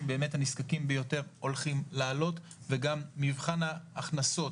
באמת הנזקקים ביותר הולכים להעלות; וגם מבחן ההכנסות,